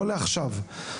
לא לעכשיו.